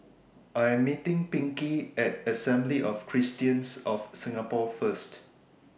I'm meeting Pinkey At Assembly of Christians of Singapore First